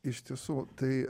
iš tiesų tai